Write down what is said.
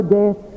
death